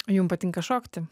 jum patinka šokti